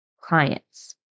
clients